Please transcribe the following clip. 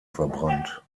verbrannt